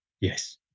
Yes